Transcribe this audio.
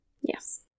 Yes